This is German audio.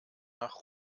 nach